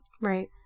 Right